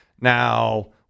Now